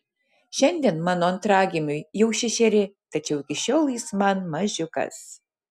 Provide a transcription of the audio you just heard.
šiandien mano antragimiui jau šešeri tačiau iki šiol jis man mažiukas